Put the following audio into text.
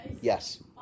Yes